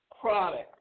product